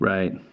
Right